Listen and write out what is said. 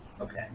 Okay